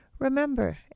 Remember